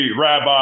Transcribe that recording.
rabbi